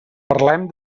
parlem